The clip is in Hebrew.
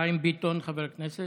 חיים ביטון, חבר הכנסת,